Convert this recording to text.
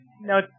No